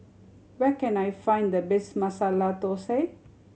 where can I find the best Masala Thosai